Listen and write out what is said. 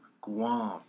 Guam